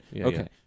Okay